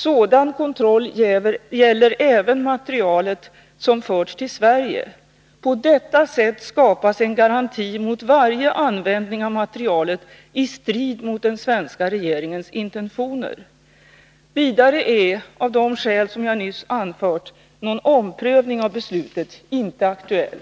Sådan kontroll gäller även materialet som förts till Sverige. På detta sätt skapas en garanti mot varje användning av materialet i strid mot den svenska regeringens intentioner. Vidare är, av de skäl jag nyss anfört, någon omprövning av beslutet inte aktuell.